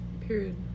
Period